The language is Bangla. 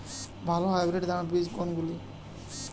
ভালো হাইব্রিড ধান বীজ কোনগুলি?